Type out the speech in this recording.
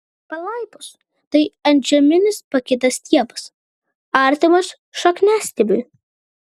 palaipos tai antžeminis pakitęs stiebas artimas šakniastiebiui